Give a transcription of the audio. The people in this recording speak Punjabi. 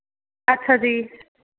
ਅੱਛਾ ਜੀ